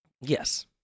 Yes